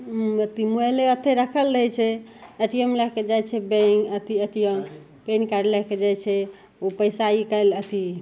उँ अथी मोबाइले अथी राखल रहै छै ए टी एम लैके जाइ छै बैँक अथी A T M PAN card लैके जाइ छैओ पइसा निकालि अथी